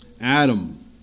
Adam